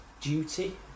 duty